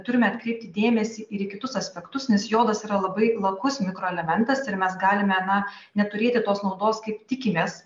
turime atkreipti dėmesį ir į kitus aspektus nes jodas yra labai lakus mikroelementas ir mes galime neturėti tos naudos kaip tikimės